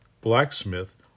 blacksmith